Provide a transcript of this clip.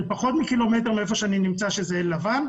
פחות מקילומטר מהיכן שאני נמצא שזה עין לבן,